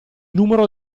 numero